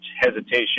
hesitation